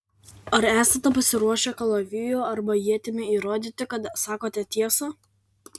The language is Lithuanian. ar esate pasiruošę kalaviju arba ietimi įrodyti kad sakote tiesą